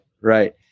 right